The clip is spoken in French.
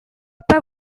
pas